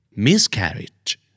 Miscarriage